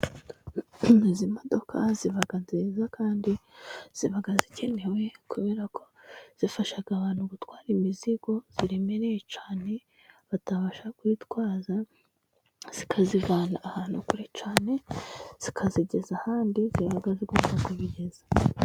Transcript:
Izi modoka ziba nziza kandi ziba zikenewe, kubera ko zafasha abantu gutwara imizigo iremereye cyane, batabasha kwitwaza zikayivana ahantu kurecyane, zikayigeza ahandi ziba zidufashije cyane.